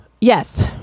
yes